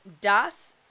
Das